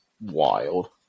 wild